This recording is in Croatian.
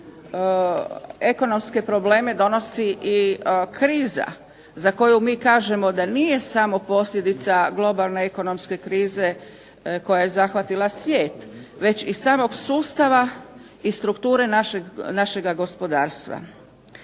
ekonomske probleme donosi i kriza za koju mi kažemo da nije samo posljedica globalne ekonomske krize koja je zahvatila svijet već i samog sustava i strukture našega gospodarstva.